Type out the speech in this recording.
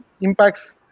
impacts